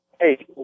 hey